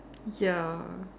ya